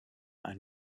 ein